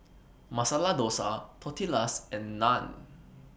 Masala Dosa Tortillas and Naan